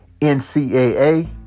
NCAA